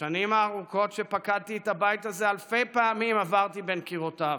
בשנים הארוכות שבהן פקדתי את הבית הזה אלפי פעמים עברתי בין קירותיו,